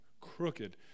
crooked